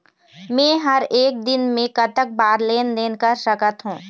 मे हर एक दिन मे कतक बार लेन देन कर सकत हों?